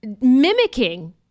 mimicking